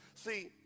See